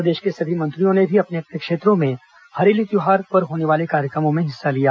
प्रदेश के सभी मंत्रियों ने भी अपने अपने क्षेत्रों में हरेली त्यौहार पर होने वाले कार्यक्रमों में हिस्सा लिया